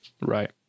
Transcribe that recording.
Right